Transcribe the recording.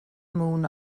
moon